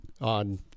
on